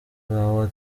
wawe